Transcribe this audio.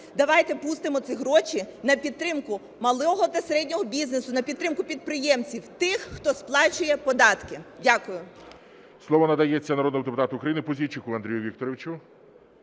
Давайте пустимо ці гроші на підтримку малого та середнього бізнесу, на підтримку підприємців – тих, хто сплачує податки. Дякую. ГОЛОВУЮЧИЙ. Слово надається народному депутату України Пузійчуку Андрію Вікторовичу.